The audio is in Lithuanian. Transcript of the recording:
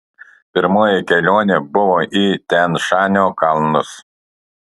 pirmoji kelionė buvo į tian šanio kalnus